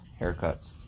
haircuts